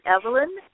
Evelyn